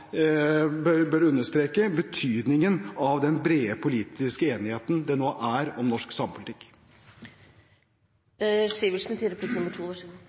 understreke betydningen av den brede politiske enigheten det nå er om norsk